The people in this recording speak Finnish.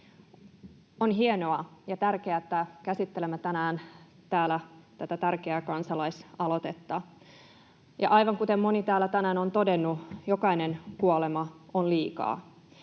On hienoa ja tärkeätä, että käsittelemme tänään täällä tätä tärkeää kansalaisaloitetta. Aivan kuten moni täällä tänään on todennut, jokainen kuolema on liikaa.